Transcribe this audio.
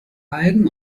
algen